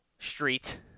Street